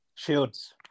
Shields